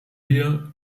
wir